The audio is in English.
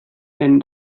then